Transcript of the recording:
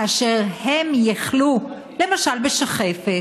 כאשר הם יחלו למשל בשחפת,